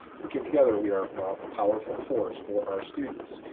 working together, we are a powerful force for our students,